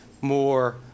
more